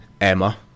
Emma